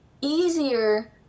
easier